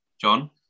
John